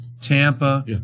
Tampa